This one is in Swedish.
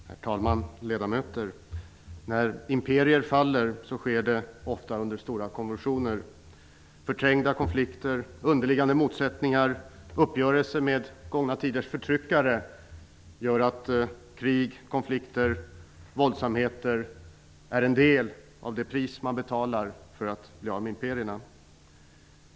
Herr talman! Ledamöter! När imperier faller sker det ofta under stora konvulsioner. Förträngda konflikter, underliggande motsättningar och uppgörelser med gångna tiders förtryckare gör att krig, konflikter och våldsamheter är en del av det pris man betalar för att bli av med imperierna.